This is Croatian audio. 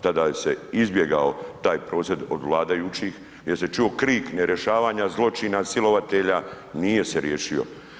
Tada se izbjegao taj prosvjed od vladajućih, gdje se čuo krik nerješavanja zločina, silovatelja, nije se riješio.